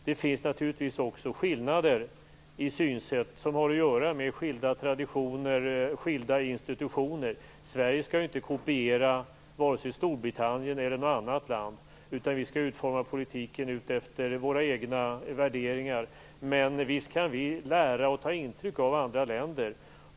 Det finns naturligtvis också skillnader i synsätt som har att göra med skilda traditioner och skilda institutioner. Sverige skall ju inte kopiera vare sig Storbritannien eller något annat land, utan vi skall utforma politiken efter våra egna värderingar. Men visst kan vi lära och ta intryck av andra länder.